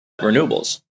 renewables